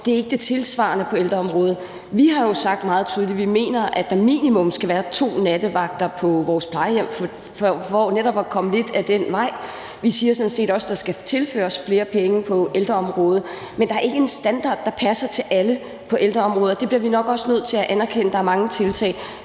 det er ikke det tilsvarende på ældreområdet. Vi har jo sagt meget tydeligt, at vi mener, at der minimum skal være to nattevagter på vores plejehjem – for netop at komme lidt ad den vej. Vi siger sådan set også, at der skal tilføres flere penge på ældreområdet, men der er ikke en standard, der passer til alle på ældreområdet, og vi bliver nok også nødt til at anerkende, at der er mange tiltag.